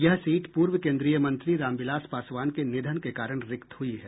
यह सीट पूर्व केन्द्रीय मंत्री रामविलास पासवान के निधन के कारण रिक्त हुई है